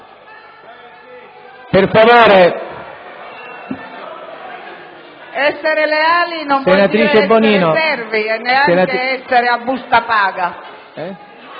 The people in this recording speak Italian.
Ferrara).* Essere leali non vuol dire essere servi e neanche essere a busta paga.